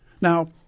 Now